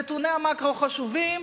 נתוני המקרו חשובים.